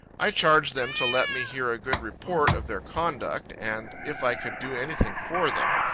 i charged them to let me hear a good report of their conduct and if i could do anything for them,